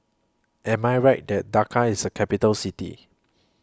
Am I Right that Dakar IS A Capital City